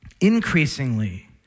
increasingly